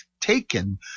taken